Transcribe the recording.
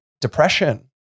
depression